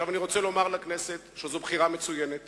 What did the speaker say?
אני רוצה לומר לכנסת שזאת בחירה מצוינת